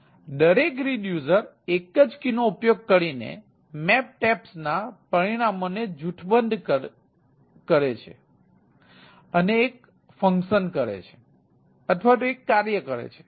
દરેક રિડ્યુસર એક જ કી નો ઉપયોગ કરીને મેપ ટેપ્સના પરિણામોને જૂથબદ્ધ કરે છે અને એક કાર્ય કરે છે